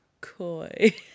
Coy